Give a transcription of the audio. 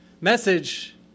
message